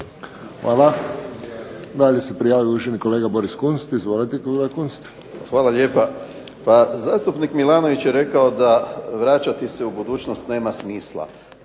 Hvala. Dalje se prijavio uvaženi kolega Boris Kunst. Izvolite kolega Kunst. **Kunst, Boris (HDZ)** Hvala lijepa. Pa zastupnik Milanović je rekao da vraćati se u budućnost nema smisla.